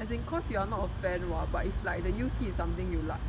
as in cause you are not a fan [what] but if the like the U_T is something you like